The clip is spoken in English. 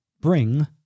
bring